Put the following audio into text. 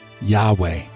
Yahweh